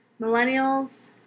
Millennials